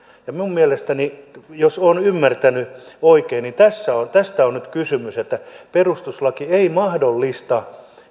minun mielestäni jos olen ymmärtänyt oikein tästä on nyt kysymys että perustuslaki ei mahdollista